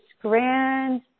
grand